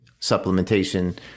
supplementation